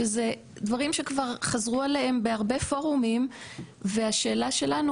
שזה דברים שכבר חזרו עליהם בהרבה פורומים והשאלה שלנו